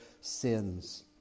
sins